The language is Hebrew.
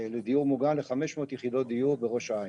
לדיור מוגן, ל-500 יחידות דיור, בראש העין.